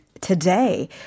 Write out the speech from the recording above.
today